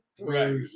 right